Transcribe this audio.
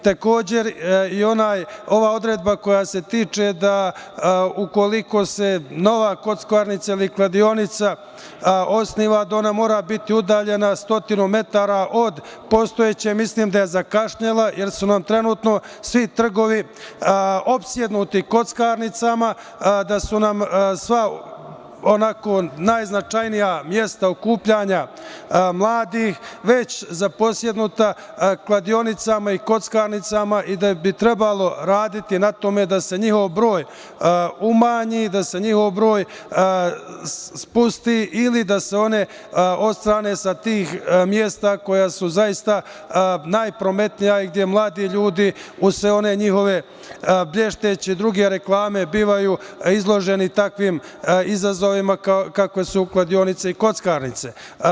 Takođe, i ova odredba koja se tiče da ukoliko se nova kockarnica ili kladionica osniva, da ona mora biti udaljena stotinu metara od postojeće, mislim da je zakasnila, jer su nam trenutno svi trgovi opsednuti kockarnicama, da su nam sva onako najznačajnija mesta okupljanja mladih već zaposednuta kladionicama i kockarnicama i da bi trebalo raditi na tome da se njihov broj umanji, da se njihov broj spusti ili da se one odstrane sa tih mesta koja su zaista najprometnija i gde mladi ljudi, uz sve one njihove blješteće i druge reklame, bivaju izloženi takvim izazovima kakve su kladionice i kockarnice.